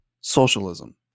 socialism